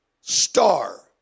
star